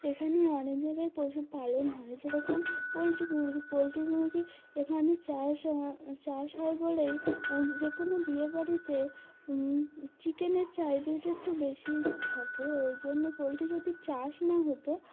এখানে অনেক জায়গায় পশুপালন হয় যেরকম পোলট্রি মুরগি পোলট্রি মুরগি এখানে চাষ চাষ হয় বলেই যে কোনো বিয়েবাড়িতে চিকেনের চাহিদাটা একটু বেশি থাকে ওই জন্যে পোলট্রি যদি চাষ না হতো